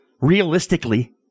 realistically